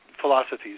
philosophies